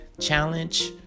Challenge